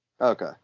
okay